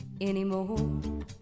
anymore